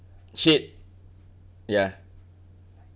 shit ya